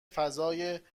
فضای